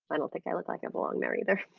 i don't think i look like i belong there either.